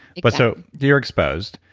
but so, you're exposed,